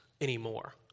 anymore